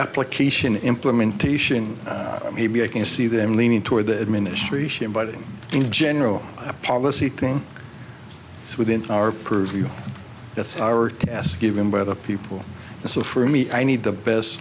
application implementation maybe i can see them leaning toward the administration but in general a policy thing it's within our purview that's our task given by the people so for me i need the best